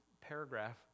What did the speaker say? paragraph